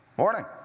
Morning